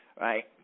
Right